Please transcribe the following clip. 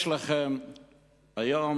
יש לכם היום,